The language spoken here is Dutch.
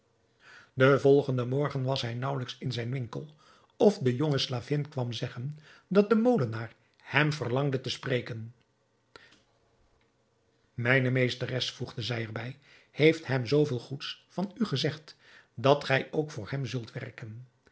den volgenden morgen was hij naauwelijks in zijn winkel of de jonge slavin kwam zeggen dat de molenaar hem verlangde te spreken mijne meesteres voegde zij er bij heeft hem zooveel goeds van u gezegd dat gij ook voor hem zult werken